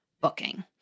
booking